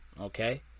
Okay